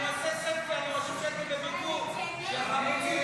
לא נתקבלה.